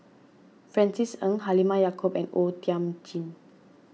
Francis Ng Halimah Yacob and O Thiam Chin